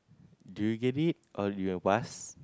do you get it or you'll pass